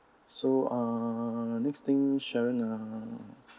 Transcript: so uh next thing sharon uh